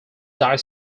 died